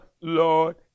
Lord